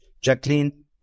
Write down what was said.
Jacqueline